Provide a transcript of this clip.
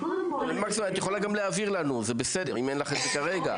את יכולה גם להעביר לנו אם אין לך כרגע.